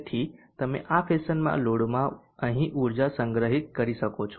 તેથી તમે આ ફેશનમાં લોડમાં અહીં ઊર્જા સંગ્રહિત કરી શકો છો